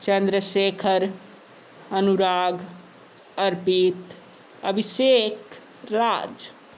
Chandrashekhar Anurag Arpit Abhishek Raj